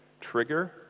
trigger